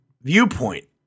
viewpoint